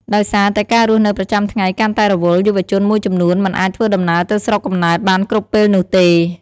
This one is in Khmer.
ដោយសារតែការរស់នៅប្រចាំថ្ងៃកាន់តែរវល់ យុវជនមួយចំនួនមិនអាចធ្វើដំណើរទៅស្រុកកំណើតបានគ្រប់ពេលនោះទេ។